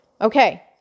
Okay